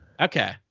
Okay